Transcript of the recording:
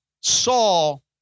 Saul